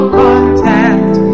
content